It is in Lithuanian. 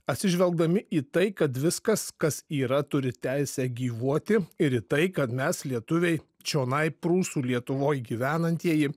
atsižvelgdami į tai kad viskas kas yra turi teisę gyvuoti ir į tai kad mes lietuviai čionai prūsų lietuvoj gyvenantieji